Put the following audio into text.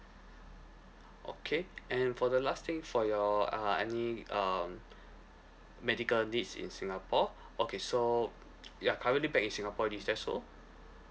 okay and for the last thing for your uh any um medical needs in singapore okay so you are currently back in singapore already is that so